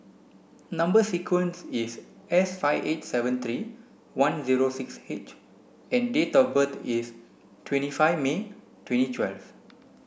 number sequence is S five eight seven three one zero six H and date of birth is twenty five May twenty twelve